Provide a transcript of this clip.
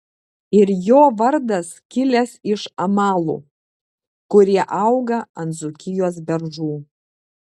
ir jo vardas kilęs iš amalų kurie auga ant dzūkijos beržų